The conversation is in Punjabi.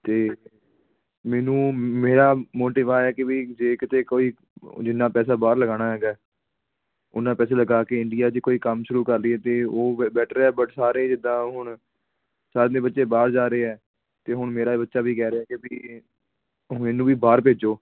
ਅਤੇ ਮੈਨੂੰ ਮੇਰਾ ਮੋਟਿਵ ਆਏ ਕੀ ਜੇ ਕੋਈ ਜਿੰਨਾ ਪੈਸਾ ਬਹਾਰ ਲਗਾਉਣਾ ਹੈਗਾ ਓਨਾ ਪੈਸੇ ਲਗਾ ਕੇ ਇੰਡੀਆ 'ਚ ਕੋਈ ਕੰਮ ਸ਼ੁਰੂ ਕਰ ਲਈਏ ਅਤੇ ਉਹ ਬੈਟਰ ਹੈ ਬਟ ਸਾਰੇ ਜਿੱਦਾਂ ਹੁਣ ਸਾਡੇ ਬੱਚੇ ਬਾਹਰ ਜਾ ਰਹੇ ਆ ਅਤੇ ਹੁਣ ਮੇਰਾ ਬੱਚਾ ਵੀ ਕਹਿ ਰਿਹਾ ਕਿ ਮੈਨੂੰ ਵੀ ਬਾਹਰ ਭੇਜੋ